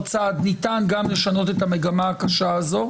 צעד ניתן גם לשנות את המגמה הקשה הזאת,